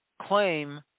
claim